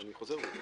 אז אני חוזר בי.